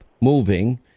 moving